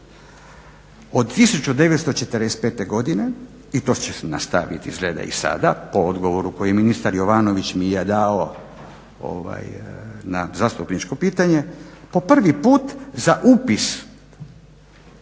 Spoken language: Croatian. od 1945. godine i to će se nastaviti izgleda i sada po odgovoru koji ministar Jovanović mi je dao na zastupničko pitanje po prvi put za upis